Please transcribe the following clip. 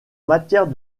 matière